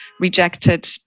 rejected